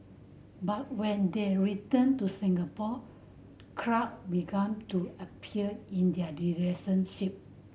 but when they returned to Singapore crack began to appear in their relationship